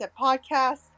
Podcast